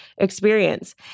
experience